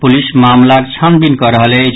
police मामिलाक छानबीन कऽ रहल अछि